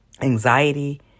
anxiety